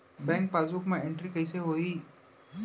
Bank passbook मा entry कइसे होही?